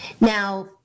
Now